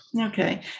Okay